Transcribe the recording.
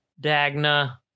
Dagna